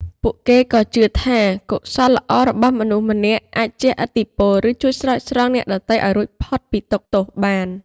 ពួកគេក៏ជឿថា កុសលល្អរបស់មនុស្សម្នាក់អាចជះឥទ្ធិពល ឬជួយស្រោចស្រង់អ្នកដទៃឱ្យរួចពីទុក្ខទោសបាន។